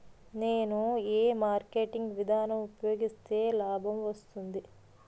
నేను ఏ మార్కెటింగ్ విధానం ఉపయోగిస్తే లాభం వస్తుంది?